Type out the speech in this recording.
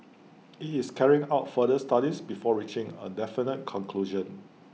IT is carrying out further studies before reaching A definite conclusion